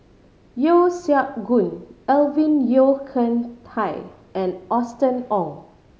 Yeo Siak Goon Alvin Yeo Khirn Hai and Austen Ong